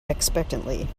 expectantly